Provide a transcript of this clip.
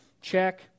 check